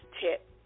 tip